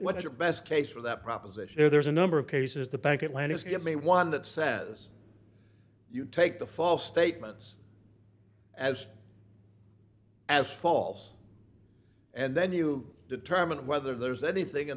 what is your best case for that proposition or there's a number of cases the bank atlanta's give me one that says you take the false statements as as false and then you determine whether there's anything in